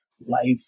life